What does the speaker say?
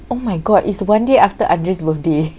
oh my god it's one day after andre's birthday